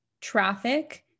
traffic